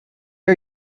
are